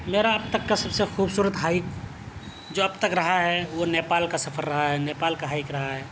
میرا اب تک کا سب سے خوبصورت ہائک جو اب تک رہا ہے وہ نیپال کا سفر رہا ہے نیپال کا ہائک رہا ہے